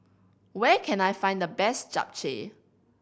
where can I find the best Japchae